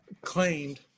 claimed